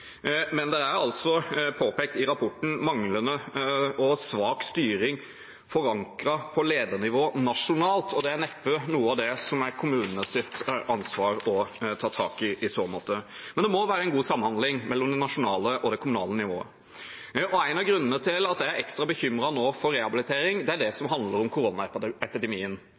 men det er altså i rapporten påpekt manglende og svak styring, forankret på ledernivå nasjonalt, og det er i så måte neppe noe av det som er kommunenes ansvar å ta tak i. Men det må være en god samhandling mellom det nasjonale og det kommunale nivået. En av grunnene til at jeg er ekstra bekymret nå for rehabilitering, er det som handler om